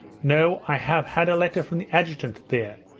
no. i have had a letter from the adjutant there.